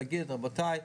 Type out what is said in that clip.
להגיד - רבותיי,